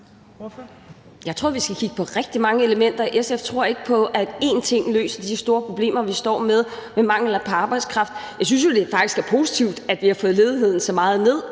Jeg tror, vi skal kigge på rigtig mange elementer. SF tror ikke på, at én ting løser de store problemer, vi står med, med mangel på arbejdskraft. Jeg synes jo, det faktisk er positivt, at vi har fået ledigheden så meget ned